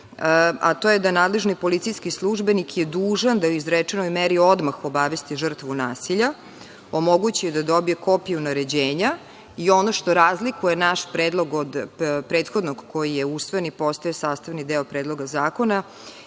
a to je da je nadležni policijski službenik dužan da o izrečenoj meri odmah obavesti žrtvu nasilja, omogući joj da dobije kopiju naređenja. Ono što razlikuje naš predlog od prethodnog koji je usvojen i postao je sastavni deo Predloga zakona